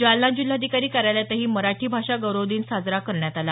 जालना जिल्हाधिकारी कार्यालयातही मराठी भाषा गौरव दिन साजरा करण्यात आला